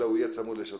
אלא הוא יהיה צמוד לשוטר.